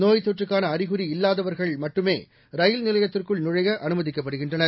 நோய்த் தொற்றுக்கான அறிகுறி இல்லாதவர்கள் மட்டுமே ரயில் நிலையத்திற்குள் நுழைய அனுமதிக்கப்படுகின்றனர்